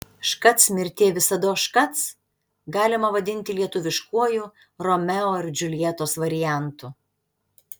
škac mirtie visados škac galima vadinti lietuviškuoju romeo ir džiuljetos variantu